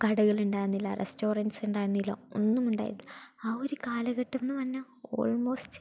കടകളുണ്ടായിരുന്നില്ല റെസ്റ്റോറൻ്റ്സുണ്ടായിരുന്നില്ല ഒന്നും ഇണ്ടായിരുന്നില്ല ആ ഒരു കാലഘട്ടം എന്നു പറഞ്ഞാൽ ഓൾമോസ്റ്റ്